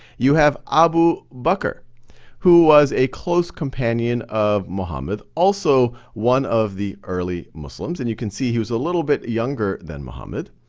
you have abu bakr but who was a close companion of muhammad, also one of the early muslims. and you can see he was a little bit younger than muhammad.